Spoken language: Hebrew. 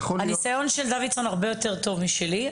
הניסיון של דוידסון הוא הרבה יותר טוב משלי,